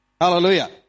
Hallelujah